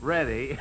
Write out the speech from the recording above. Ready